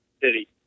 city